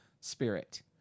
spirit